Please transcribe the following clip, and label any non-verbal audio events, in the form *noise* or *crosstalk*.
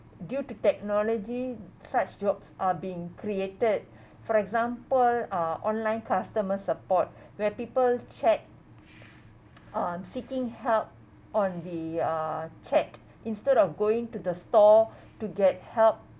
due to technology such jobs are being created for example uh online customer support where people chat *noise* on seeking help on the uh chat instead of going to the store to get help